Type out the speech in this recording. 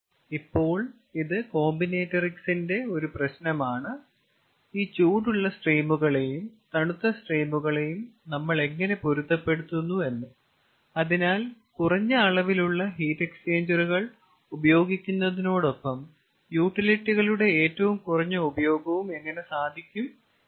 ഇപ്പോൾ ഇത് കോമ്പിനേറ്ററിക്സിന്റെ ഒരു പ്രശ്നമാണ് ഈ ചൂടുള്ള സ്ട്രീമുകളെയും തണുത്ത സ്ട്രീമുകളെയും നമ്മൾ എങ്ങനെ പൊരുത്തപ്പെടുത്തുന്നു എന്ന് അതിനാൽ കുറഞ്ഞ അളവിലുള്ള ഹീറ്റ് എക്സ്ചേഞ്ചറുകൾ ഉപയോഗിക്കുന്നതിനോടൊപ്പം യൂട്ടിലിറ്റികളുടെ ഏറ്റവും കുറഞ്ഞ ഉപയോഗവും എങ്ങനെ സാധിക്കും എന്ന്